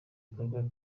bikorwa